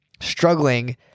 struggling